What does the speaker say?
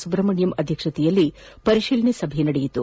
ಸುಬ್ರಹ್ಮಣ್ಯಂ ಅಧ್ಯಕ್ಷತೆಯಲ್ಲಿ ಪರಿಶೀಲನಾ ಸಭೆ ನಡೆಯಿತು